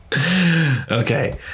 okay